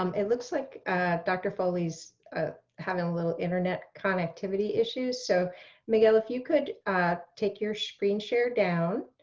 um it looks like dr. foley's having a little internet connectivity issues so miguel if you could take your screen share down.